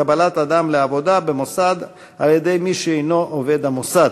קבלת אדם לעבודה במוסד על-ידי מי שאינו עובד המוסד),